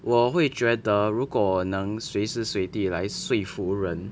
我会觉得如果我能随时随地来说服人